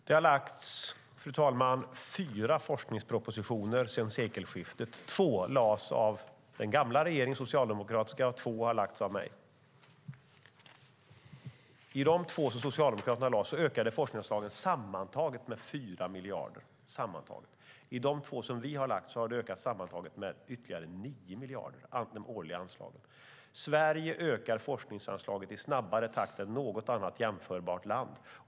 Fru talman! Det har lagts fram fyra forskningspropositioner sedan sekelskiftet. Två lades fram av den gamla socialdemokratiska regeringen, två har lagts fram av mig. I de två propositioner som Socialdemokraterna lade fram ökade forskningsanslagen sammantaget med 4 miljarder. I de två propositioner som vi har lagt fram har de årliga anslagen sammantaget ökat med ytterligare 9 miljarder. Sverige ökar forskningsanslagen i snabbare takt än något jämförbart land.